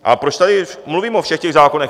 A proč tady mluvím o všech těch zákonech?